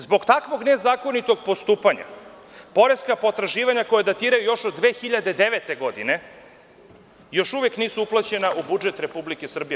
Zbog takvog nezakonitog postupanja, poreska potraživanja koja datiraju još od 2009. godine, još uvek nisu uplaćena u budžet Republike Srbije“